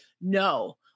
no